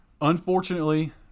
Unfortunately